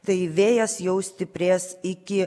tai vėjas jau stiprės iki